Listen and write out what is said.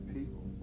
people